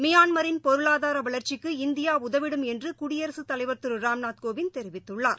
மியான்மரின் பொருளாதாரவளர்ச்சிக்கு இந்தியாஉதவிடும் என்றுகுடியரசுத் தலைவர் திருராம்நாத் கோவிந்த் தெரிவித்துள்ளார்